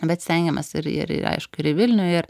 bet stengiamės ir ir aišku į vilnių ir